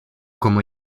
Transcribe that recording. como